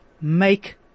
make